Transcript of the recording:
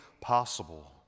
possible